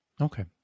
Okay